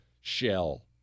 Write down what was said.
shell